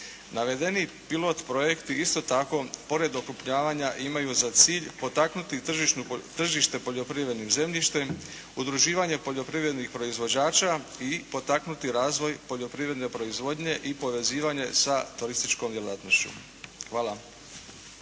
Navedeni pilot projekti isto tako pored okrupnjavanja imaju za cilj potaknuti tržište poljoprivrednim zemljištem, udruživanje poljoprivrednih proizvođača i potaknuti razvoj poljoprivredne proizvodnje i povezivanje sa turističkom djelatnošću. Hvala.